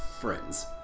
friends